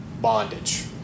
bondage